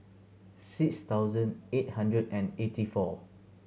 six thousand eight hundred and eighty four